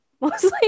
mostly